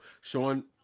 Sean